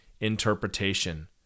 interpretation